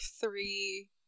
three